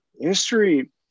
history